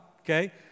okay